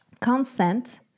Consent